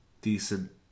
decent